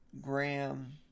Graham